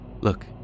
look